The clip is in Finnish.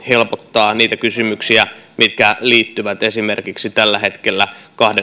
helpottaa niitä kysymyksiä mitkä liittyvät tällä hetkellä esimerkiksi kahden